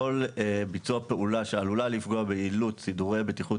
כל ביצוע פעולה שעלולה לפגוע ביעילות סידורי בטיחות